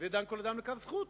הווי דן כל אדם לכף זכות,